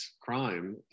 crime